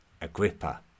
Agrippa